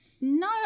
No